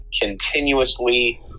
continuously